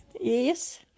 Yes